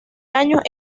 años